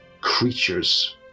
creatures